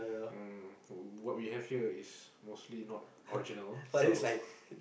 um what you have here is mostly not original so